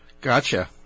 Gotcha